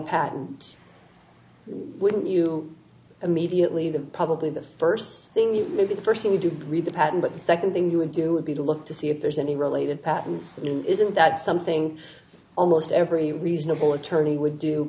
patent wouldn't you immediately the probably the first thing you may be the first thing you do read the patent but the second thing you would do would be to look to see if there's any related patents isn't that something almost every reasonable attorney would do